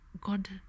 God